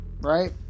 right